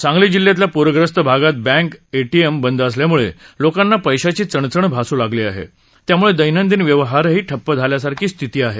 सांगली जिल्ह्यातल्या प्रग्रस्त भागात बँक एटीएम बंद असल्यामुळे लोकांना पैशांची चणचण भासू लागली आहे त्याम्ळे दैनंदिन व्यवहारही ठप्प झाल्यासारखी स्थिती आहे